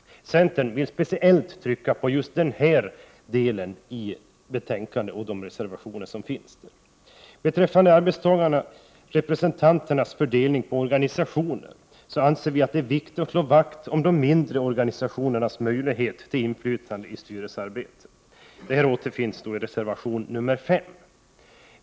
Centern vill därför speciellt trycka på denna del i betänkandet och reservationerna. Beträffande arbetstagarrepresentanternas fördelning på organisationer anser vi att det är viktigt att slå vakt om de mindre organisationernas möjlighet att få inflytande i styrelsearbete. Detta tas upp i reservation nr 5.